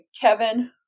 Kevin